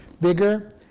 bigger